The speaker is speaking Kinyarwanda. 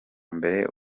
mbere